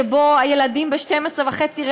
שבה הילדים כבר ב-12:30,